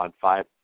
five